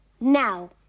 Now